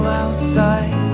outside